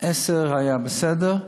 לעשרה, היה בסדר,